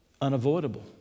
unavoidable